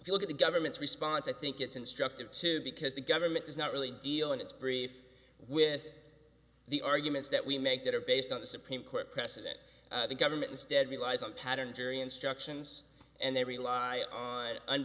if you look at the government's response i think it's instructive too because the government does not really deal in its brief with the arguments that we make that are based on the supreme court precedent the government instead relies on pattern jury instructions and they rely on